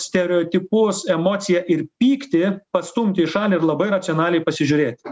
stereotipus emociją ir pyktį pastumt į šalį ir labai racionaliai pasižiūrėti